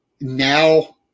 now